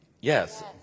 Yes